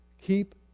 Keep